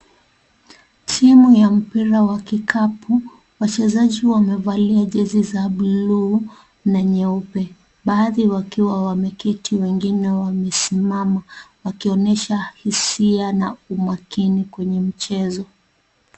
Timu ya mpira wa kikapu. Wachezaji wamevalia jezi za bluu na nyeupe baadhi wakiwa wameketi wengine wakiwa wamesimama wakionyesha hisia na umakini kwenye michezo.